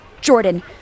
Jordan